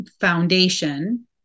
foundation